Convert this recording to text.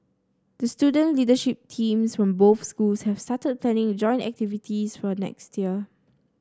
the student leadership teams from both schools have started planning joint activities for next year